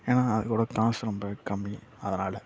ஏன்னா அதோடய காசு ரொம்ப கம்மி அதனால்